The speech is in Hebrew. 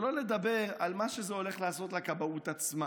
שלא נדבר על מה שזה הולך לעשות לכבאות עצמה.